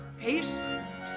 patience